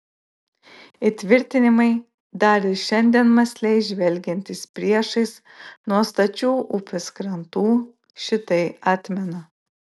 įtvirtinimai dar ir šiandien mąsliai žvelgiantys priešais nuo stačių upės krantų šitai atmena